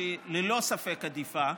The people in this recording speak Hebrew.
שהיא ללא ספק עדיפה,